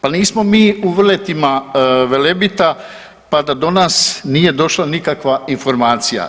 Pa nismo mi u vrletima Velebita pa da do nas nije došla nikakva informacija.